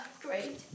great